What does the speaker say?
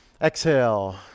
Exhale